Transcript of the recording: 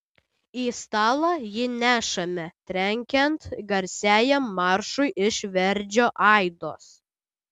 į stalą jį nešame trenkiant garsiajam maršui iš verdžio aidos